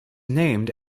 named